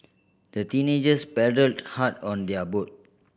the teenagers paddled hard on their boat